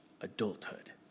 adulthood